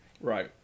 Right